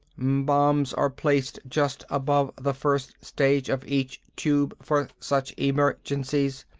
bombs are placed just above the first stage of each tube for such emergencies.